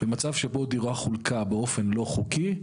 במצב שבו דירה חולקה באופן לא חוקי,